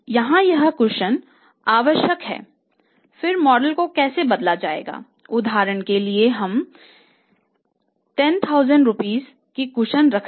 यहां यह कुशन रख रहे हैं